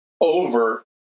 over